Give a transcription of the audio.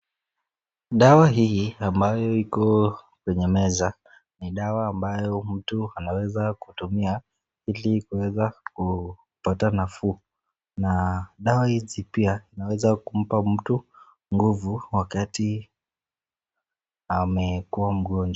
Dawa hii ambayo Iko kwenye meza, ni dawa ambayo mtu, anaweza kutumia hili kuweza kupata nafuu, na dawa hizi pia, zinaweza kumpa mtu nguvu wakati amekua mgonjwa.